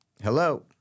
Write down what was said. Hello